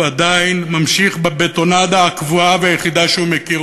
הוא עדיין ממשיך בבטונדה הקבועה והיחידה שהוא מכיר,